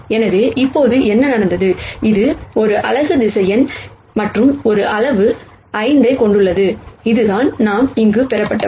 எனவே இப்போது என்ன நடந்தது இது ஒரு யூனிட் வெக்டர் மற்றும் இது ஒரு அளவு 5 ஐக் கொண்டுள்ளது இதுதான் நாம் இங்கு பெறப்பட்டவை